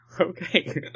Okay